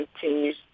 continues